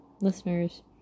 listeners